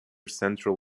central